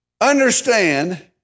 Understand